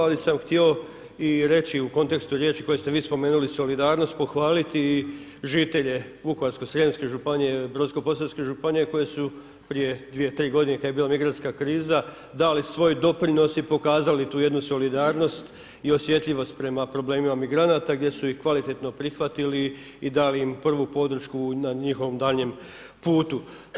Ali sam htio i reći u kontekstu riječi koju ste vi spomenuli solidarnost pohvaliti i žitelje Vukovarsko srijemske županije, Brodsko posavske županije, koje su prije 2, 3 g. kada je bila migrantska kriza dali svoj doprinos i pokazali tu jednu solidarnost i osjetljivost prema problemima migranata gdje su ih kvalitetno prihvatili i dali im prvu podršku na njihovom daljnjem putu.